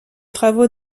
travaux